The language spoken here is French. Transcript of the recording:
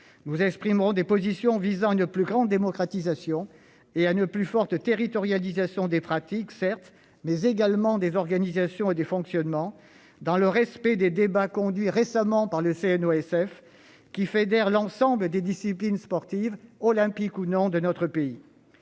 nous appellerons à une plus grande démocratisation et à une plus forte territorialisation, non seulement des pratiques, mais également des organisations et des fonctionnements, dans le respect des débats menés récemment par le CNOSF, qui fédère l'ensemble des disciplines sportives, olympiques ou non, de notre pays.